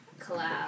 collab